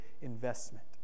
investment